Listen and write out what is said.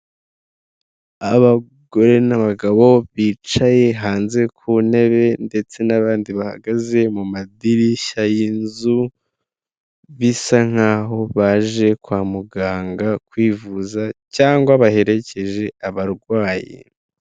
Abagore n'abagabo bicaye hanze ku ntebe ndetse n'abandi bahagaze mu madirishya y'inzu bisa nkaho baje kwa muganga kwivuza cyangwa baherekeje abarwayi.